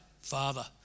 Father